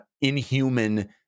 inhuman